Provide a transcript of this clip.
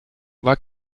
war